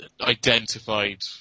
identified